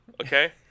Okay